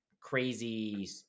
crazy